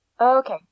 Okay